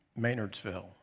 Maynardsville